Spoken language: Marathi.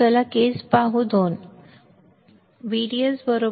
चला केस क्रमांक 2 पाहू